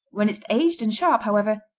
when it's aged and sharp, however,